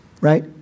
right